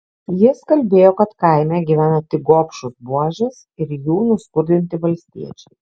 jis kalbėjo kad kaime gyvena tik gobšūs buožės ir jų nuskurdinti valstiečiai